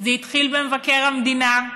זה התחיל במבקר המדינה,